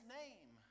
name